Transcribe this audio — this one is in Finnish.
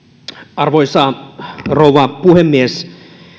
arvoisa rouva puhemies